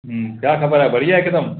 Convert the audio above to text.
छा ख़बर आहे बढ़िया हिकदमि